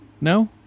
No